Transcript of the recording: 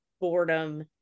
boredom